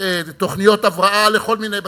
בתוכניות הבראה לכל מיני בתי-חולים.